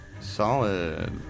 Solid